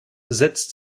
setzt